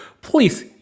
please